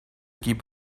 keep